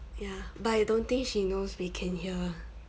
ya but I don't think she knows we can hear